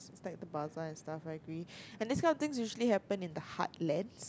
like the buzzle and stuff I agree and these kind of stuffs usually happen in the heartlands